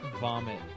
vomit